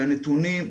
בנתונים,